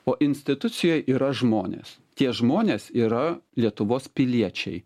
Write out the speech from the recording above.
o institucijoj yra žmonės tie žmonės yra lietuvos piliečiai